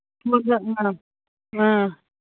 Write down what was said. ꯑ